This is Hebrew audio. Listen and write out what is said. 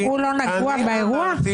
נגוע באירוע?